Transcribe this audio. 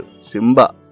Simba